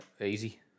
easy